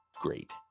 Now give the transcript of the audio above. Great